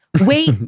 wait